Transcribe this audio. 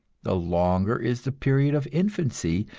the longer is the period of infancy,